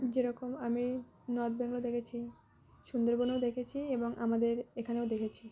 যেরকম আমি নর্থ বেঙ্গল দেখেছি সুন্দরবনেও দেখেছি এবং আমাদের এখানেও দেখেছি